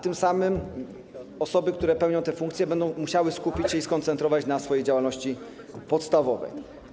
Tym samym osoby, które pełnią te funkcje, będą musiały skupić się, skoncentrować się na swojej działalności podstawowej.